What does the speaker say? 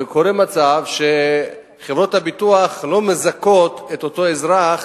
וקורה מצב שחברת הביטוח לא מזכה את האזרח